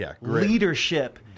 leadership